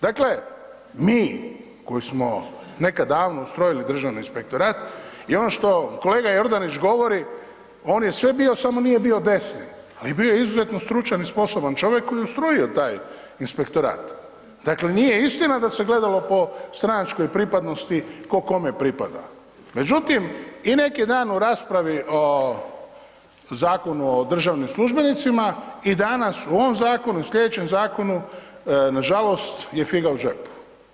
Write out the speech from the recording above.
Dakle, mi koji smo nekad davno ustrojili Državni inspektorat je ono što kolega Jordanić govori on je sve bio samo nije bio desno, on je bio izuzetno stručan i sposoban čovjek koji je ustrojio taj inspektorat, dakle nije istina da se gledalo po stranačkoj pripadnosti tko kome pripada, Međutim i neki dan u raspravi o Zakonu o državnim službenicima i danas u ovom zakonu i slijedećem zakonu nažalost je figa u džepu.